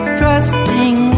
trusting